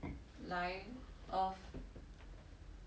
来 earth